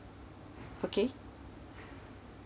okay